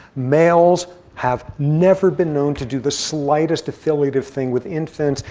males have never been known to do the slightest affiliative thing with infants.